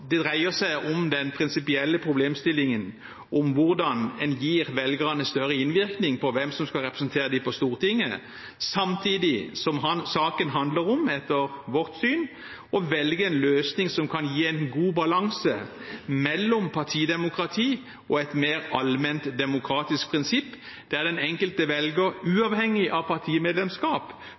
dreier seg om den prinsipielle problemstillingen om hvordan en gir velgerne større innvirkning på hvem som skal representere dem på Stortinget, samtidig som saken etter vårt syn handler om å velge en løsning som kan gi en god balanse mellom partidemokrati og et mer allment demokratisk prinsipp der den enkelte velger uavhengig av partimedlemskap